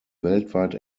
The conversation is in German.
weltweit